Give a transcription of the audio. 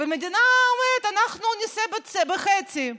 והמדינה אומרת: אנחנו נישא בחצי.